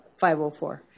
504